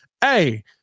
hey